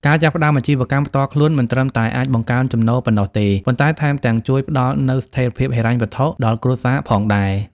ការចាប់ផ្តើមអាជីវកម្មផ្ទាល់ខ្លួនមិនត្រឹមតែអាចបង្កើនចំណូលប៉ុណ្ណោះទេ ប៉ុន្តែថែមទាំងជួយផ្តល់នូវ ស្ថិរភាពហិរញ្ញវត្ថុ ដល់គ្រួសារផងដែរ។